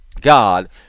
God